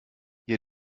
ihr